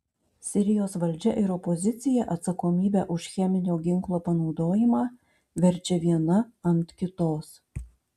sirijos valdžia ir opozicija atsakomybę už cheminio ginklo panaudojimą verčia viena ant kitos